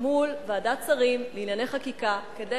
מול ועדת השרים לענייני חקיקה כדי